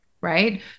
right